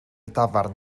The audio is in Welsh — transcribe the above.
dafarn